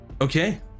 okay